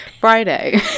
friday